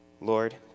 Lord